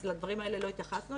אז לדברים האלה לא התייחסנו,